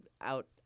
out